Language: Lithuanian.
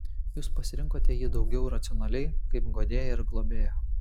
jūs pasirinkote jį daugiau racionaliai kaip guodėją ir globėją